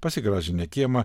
pasigražinę kiemą